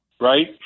right